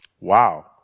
Wow